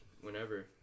whenever